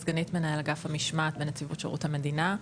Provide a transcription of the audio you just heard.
סגנית מנהל אגף המשמעת בנציבות שירות המדינה.